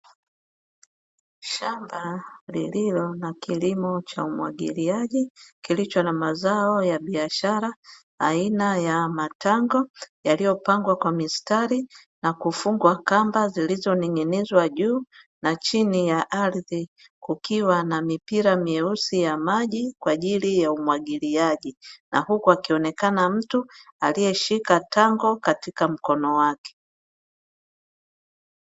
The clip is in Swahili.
Shamba lililo na kilimo cha umwagiliaji kilicho na mazao ya biashara aina ya matango yaliyopangwa kwa mistari na kufungwa kamba zilizonong'inizwa, juu na chini ya ardhi kukiwa na mipira meusi ya maji kwa ajili ya umwagiliaji na huku akionekana mtu aliyeshika tango katika mkono wake.